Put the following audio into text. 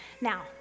Now